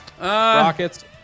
Rockets